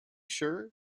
sure